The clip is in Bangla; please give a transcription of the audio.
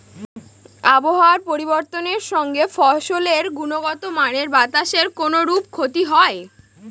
আবহাওয়ার পরিবর্তনের সঙ্গে ফসলের গুণগতমানের বাতাসের কোনরূপ ক্ষতি হয়?